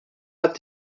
hat